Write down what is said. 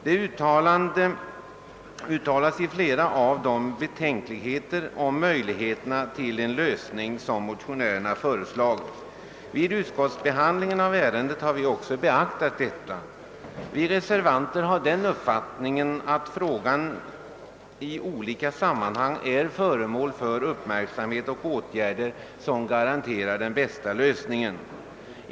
Det uttalas i flera av dem betänkligheter rörande möjligheterna till den lösning som motionärerna föreslagit. Vid utskottsbehandlingen av ärendet har vi också beaktat detta. Vi reservanter har den uppfattningen, att frågan i olika sammanhang är föremål för uppmärksamhet och åtgärder som garanterar den bästa lösningen.